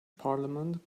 parliament